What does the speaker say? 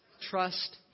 trust